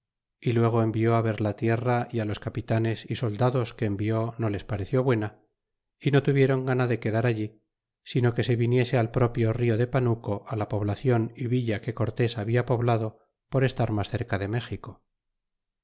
y luego envió á ver la tierra y ái los capitanes y soldados que envió no les pareció buena y no tuvieron gana de quedar allí sino que se viniese al propio rio de panuco la poblacion é villa que cortés habia poblado por estar mas cerca de méxico